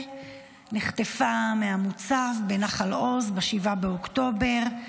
ונחטפה מהמוצב בנחל עוז ב-7 באוקטובר,